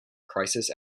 crisis